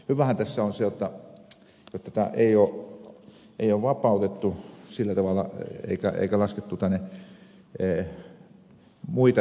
hyväähän tässä on se jotta tätä ei ole sillä tavalla vapautettu eikä ole laskettu tänne muita toimijoita